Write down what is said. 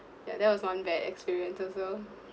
ya that was one bad experience also